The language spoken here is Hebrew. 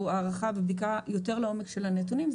הערכה ובדיקה יותר לעומק של הנתונים,